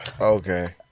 Okay